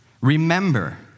remember